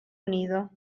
unido